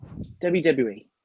WWE